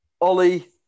Ollie